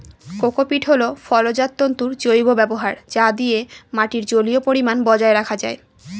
cocopeat হল ফলজাত তন্তুর জৈব ব্যবহার যা দিয়ে মাটির জলীয় পরিমান বজায় রাখা যায়